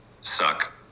suck